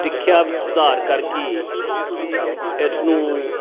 ਸਿੱਖਿਆ ਵਿੱਚ ਸੁਧਾਰ ਕਰਕੇ ਇਸ ਨੂੰ